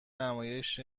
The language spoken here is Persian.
نمایش